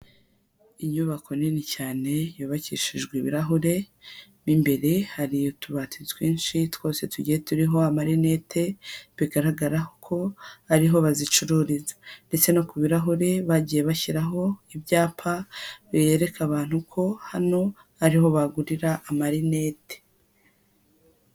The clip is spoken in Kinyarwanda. Inyubako nini cyane, yubakishijwe ibirahure, mo imbere hari utubati twinshi twose tugiye turiho amarinete bigaragara ko ariho bazicururiza ndetse no ku birahure bagiye bashyiraho ibyapa byereka abantu ko hano ariho bagurira amarinete.